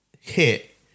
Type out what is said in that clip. hit